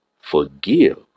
Forgive